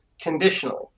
conditionally